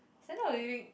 standard of living